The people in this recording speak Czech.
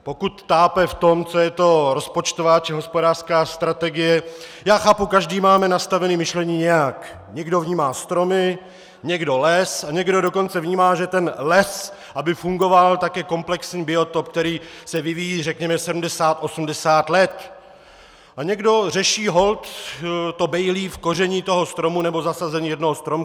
Pokud tápe v tom, co je to rozpočtová či hospodářská strategie já chápu, každý máme nastaveno myšlení nějak: někdo vnímá stromy, někdo les, a někdo dokonce vnímá, že les, aby fungoval, tak je komplexní biotop, který se vyvíjí řekněme sedmdesát osmdesát let, a někdo řeší holt to bejlí v kořeni stromu nebo zasazení jednoho stromku.